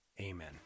Amen